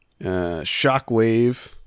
Shockwave